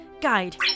guide